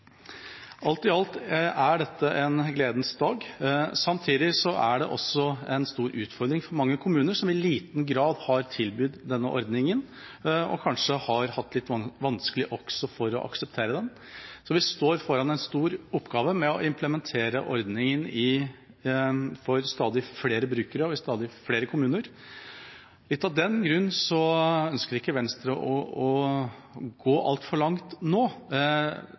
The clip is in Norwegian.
Alt i alt er dette en gledens dag. Samtidig er det også en stor utfordring for mange kommuner, som i liten grad har tilbudt denne ordningen og kanskje har hatt litt vanskelig også for å akseptere den. Vi står foran en stor oppgave med å implementere ordningen for stadig flere brukere og i stadig flere kommuner. Litt av den grunn ønsker ikke Venstre å gå altfor langt nå.